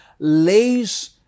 lays